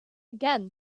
again